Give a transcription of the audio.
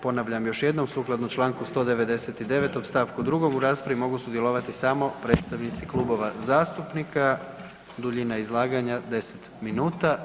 Ponavljam još jednom sukladno čl. 199. st. 2. u raspravi mogu sudjelovati samo predstavnici klubova zastupnika, duljima izlaganja 10 minuta.